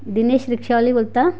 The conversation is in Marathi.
दिनेश रिक्षावाले बोलता